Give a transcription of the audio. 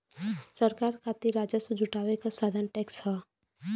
सरकार खातिर राजस्व जुटावे क साधन टैक्स हौ